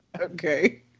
Okay